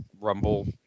Rumble